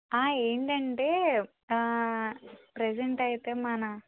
ఆ ఏంటంటే ఆ ప్రసంట్ అయితే మన